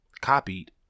copied